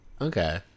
Okay